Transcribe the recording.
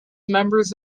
members